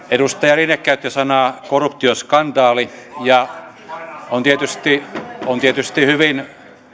edustaja rinne käytti sanaa korruptioskandaali ja on tietysti on tietysti hyvin